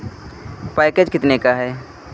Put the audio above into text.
package कितने का है